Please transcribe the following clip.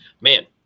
man